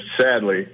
sadly